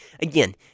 Again